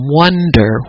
wonder